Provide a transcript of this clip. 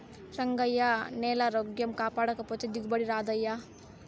రంగయ్యా, నేలారోగ్యం కాపాడకపోతే దిగుబడి రాదయ్యా